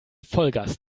vollgas